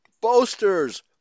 boasters